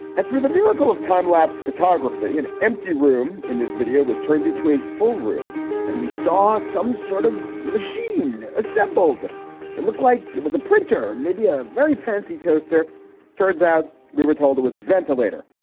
and through the miracle of time lapse photography, an empty room in this video was turned into a full room and we saw some sort of machine assembled it looked like it was a printer, maybe a very fancy toaster turns out we were told it was a ventilator.